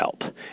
help